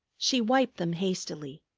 she wiped them hastily.